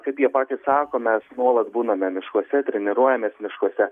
kaip jie patys sako mes nuolat būname miškuose treniruojamės miškuose